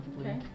Okay